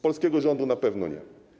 Polskiego rządu na pewno nie.